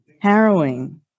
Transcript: Harrowing